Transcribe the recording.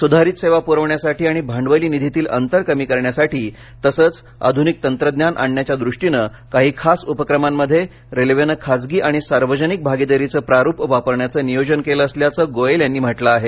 सुधारित सेवा पुरवण्यासाठी आणि भांडवली निधीतील अंतर कमी करण्यासाठी तसेच आधूनिक तंत्रज्ञान आणण्याच्या दृष्टीने काही खास उपक्रमांमध्ये रेल्वेने खासगी आणि सार्वजनिक भागीदारीचं प्रारूप वापरण्याचे नियोजन केले असल्याचं गोयल यांनी म्हटलं आहे